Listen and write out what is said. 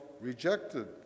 rejected